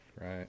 Right